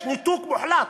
יש ניתוק מוחלט.